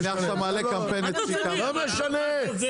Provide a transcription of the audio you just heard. לא משנה.